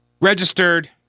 registered